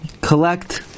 collect